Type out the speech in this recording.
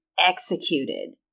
executed